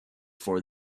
for